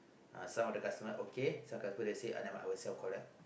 uh some of the customer okay some customer they say never mind I will self-collect